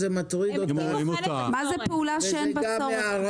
זאת הייתה גם הערה